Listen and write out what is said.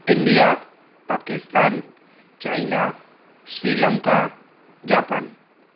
India Pakistan China Sri Lanka Japan